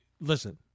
listen